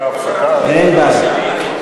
אין בעיה.